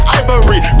ivory